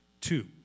Two